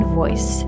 voice